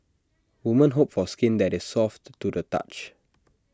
women hope for skin that is soft to the touch